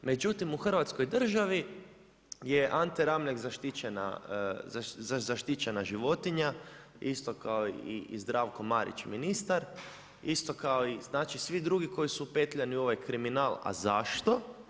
Međutim, u Hrvatskoj državi je Ante Ramljak zaštićena životinja isto kao i Zdravko Marić, ministar, isto kao i znači svi drugi koji su upetljani u ovaj kriminal, a zašto?